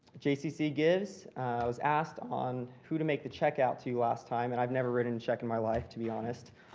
jccc gives, i was asked on who to make the check out to last time. and i've never written a check in my life, to be honest,